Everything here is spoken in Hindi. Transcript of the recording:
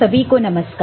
सभी को नमस्कार